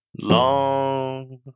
long